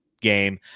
game